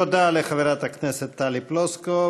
תודה לחברת הכנסת טלי פלוסקוב.